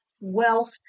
wealth